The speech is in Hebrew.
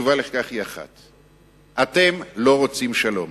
התשובה לכך היא אחת: אתם לא רוצים שלום.